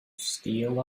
steal